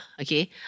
okay